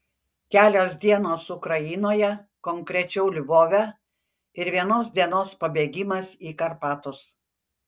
kelios dienos ukrainoje konkrečiau lvove ir vienos dienos pabėgimas į karpatus